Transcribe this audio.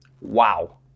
wow